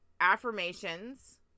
affirmations